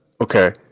Okay